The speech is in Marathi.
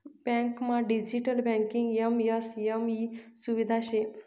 बँकमा डिजिटल बँकिंग एम.एस.एम ई सुविधा शे